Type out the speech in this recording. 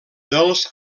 dels